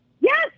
Yes